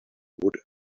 would